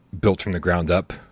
built-from-the-ground-up